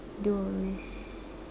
those